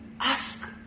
ask